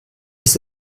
ist